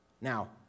Now